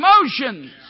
emotions